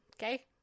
Okay